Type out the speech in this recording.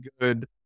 good